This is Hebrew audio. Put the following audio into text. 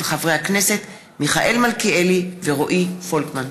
של חברי הכנסת מיכאל מלכיאלי ורועי פולקמן.